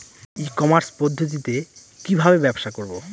ই commerce পদ্ধতিতে কি ভাবে ব্যবসা করব?